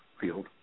field